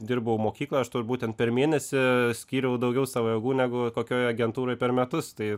dirbau mokykloj aš būtent per mėnesį skyriau daugiau savo jėgų nei kokioj agentūroj per metus tai